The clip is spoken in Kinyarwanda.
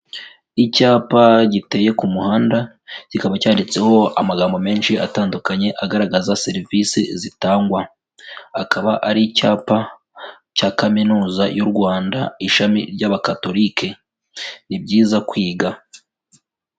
Icyapa giteye ku muhanda, kikaba cyanditseho amagambo menshi atandukanye agaragaza serivisi zitangwa, akaba ari icyapa cya kaminuza y'u Rwanda ishami ry'abakatorike, ni byiza kwiga.